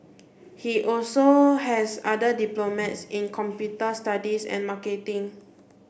he also has other diplomas in computer studies and marketing